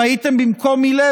אם הייתם במקום הלל,